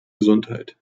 gesundheit